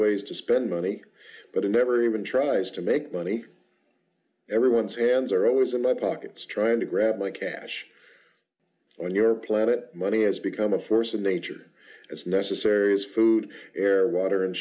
ways to spend money but it never even tries to make money everyone's hands are always in my pockets trying to grab my cash on your planet money has become a force of nature as necessary as food water and